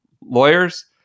lawyers